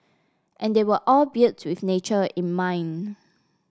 and they were all built with nature in mind